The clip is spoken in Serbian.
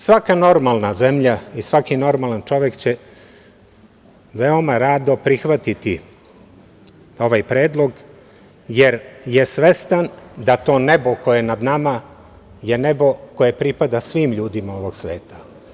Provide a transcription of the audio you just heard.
Svaka normalna zemlja i svaki normalan čovek će veoma rado prihvatiti ovaj predlog jer je svestan da to nebo koje nad nama je nebo koje pripada svim ljudima ovog sveta.